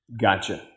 Gotcha